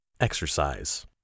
exercise